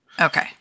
Okay